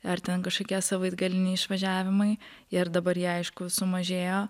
ar ten kažkokie savaitgaliniai išvažiavimai ir dabar jie aišku sumažėjo